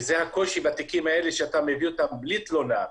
וזה הקושי בתיקים האלה שאתה מביא אותם בלי תלונה,